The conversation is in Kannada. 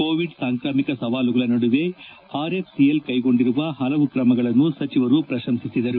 ಕೋವಿಡ್ ಸಾಂಕ್ರಾಮಿಕ ಸವಾಲುಗಳ ನಡುವೆ ಆರ್ಎಫ್ಸಿಎಲ್ ಕೈಗೊಂಡಿರುವ ಪಲವು ತ್ರಮಗಳನ್ನು ಸಚಿವರು ಕೊಂಡಾಡಿದರು